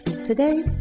today